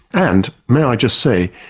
and may i just say,